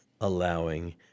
allowing